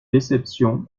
déception